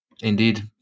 Indeed